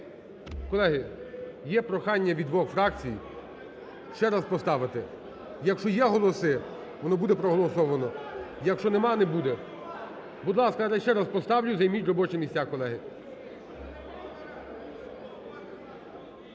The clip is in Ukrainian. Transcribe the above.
Колеги, є прохання від двох фракцій ще раз поставити. Якщо є голоси, воно буде проголосовано, якщо нема, не буде. Будь ласка, я ще раз поставлю, займіть робочі місця, колеги.